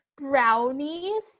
brownies